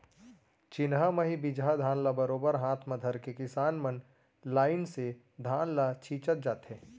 चिन्हा म ही बीजहा धान ल बरोबर हाथ म धरके किसान मन लाइन से धान ल छींचत जाथें